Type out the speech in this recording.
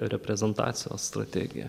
rezentacijos strategiją